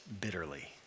bitterly